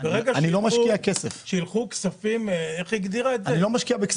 ברגע שילכו כספים, איך היא הגדירה את זה, לחדשנות?